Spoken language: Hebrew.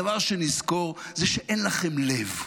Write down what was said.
הדבר שנזכור זה שאין לכם לב.